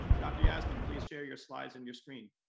dr. yasmin, please share your slides and your screen.